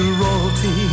royalty